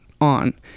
on